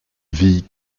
vie